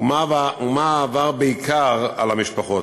ומה עבר בעיקר על המשפחות.